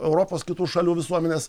europos kitų šalių visuomenės